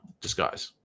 disguise